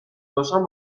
باشم